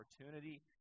opportunity